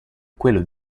quello